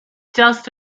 just